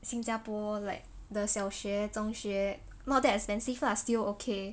新加坡 like the 小学中学 not that expensive lah still okay